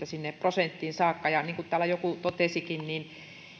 sinne prosenttiin saakka niin kuin täällä joku totesikin